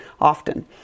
Often